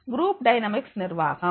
group dynamics நிர்வாகம்